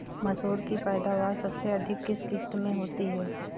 मसूर की पैदावार सबसे अधिक किस किश्त में होती है?